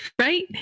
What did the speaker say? Right